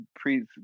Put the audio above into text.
please